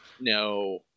No